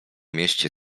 mieście